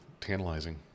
tantalizing